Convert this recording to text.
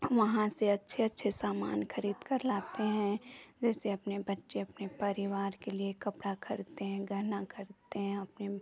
वहाँ से अच्छे अच्छे सामान खरीदकर लाते हैं जैसे अपने बच्चे अपने परिवर के लिए कपड़ा खरीदते हैं गहना खरीदते हैं अपने